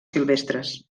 silvestres